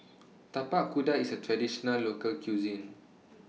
Tapak Kuda IS A Traditional Local Cuisine